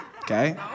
okay